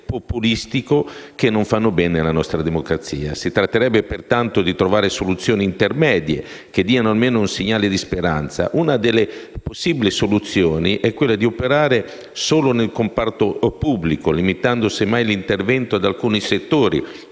populistico che non fanno bene alla nostra democrazia. Si tratterebbe pertanto di trovare soluzioni intermedie che diano almeno un segnale di speranza. Una delle possibili soluzioni è quella di operare solo nel comparto pubblico, limitando semmai l'intervento ad alcuni settori,